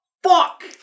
Fuck